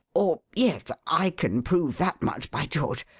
or yes. i can prove that much, by george!